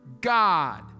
God